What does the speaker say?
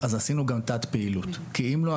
עשינו גם תת-פעילות כי אם לא,